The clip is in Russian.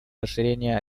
расширение